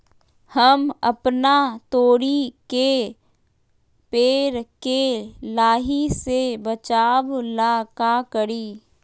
हम अपना तोरी के पेड़ के लाही से बचाव ला का करी?